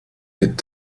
wird